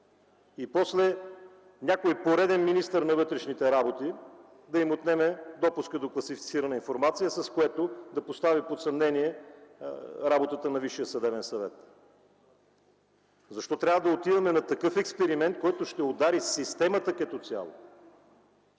и после някой пореден министър на вътрешните работи да им отнеме допуска до класифицирана информация, с което да постави под съмнение работата на Висшия съдебен съвет?! Защо трябва да отиваме на такъв експеримент, който ще удари системата като цяло?